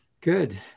good